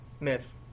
myth